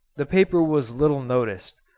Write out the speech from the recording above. the paper was little noticed,